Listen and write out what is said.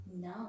No